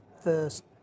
first